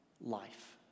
life